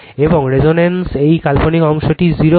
এবং রেজোনেন্সে এই কাল্পনিক অংশটি 0 হবে